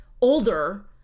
older